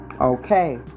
okay